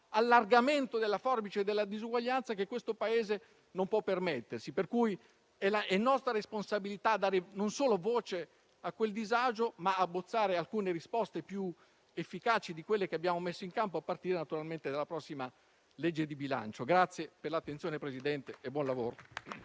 allargamento della forbice della disuguaglianza che questo Paese non può permettersi. È pertanto nostra responsabilità dare non solo voce a quel disagio, ma abbozzare alcune risposte più efficaci di quelle che abbiamo messo in campo, a partire attualmente della prossima legge di bilancio. La ringrazio per l'attenzione, signor Presidente del Consiglio,